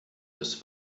des